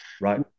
Right